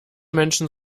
menschen